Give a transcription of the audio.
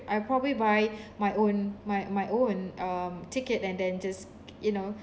I'll probably buy my own my my own um ticket and then just you know